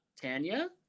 Tanya